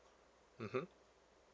mmhmm